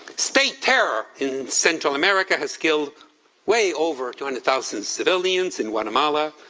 state terror in central america has killed way over two hundred thousand civilians in guatemala,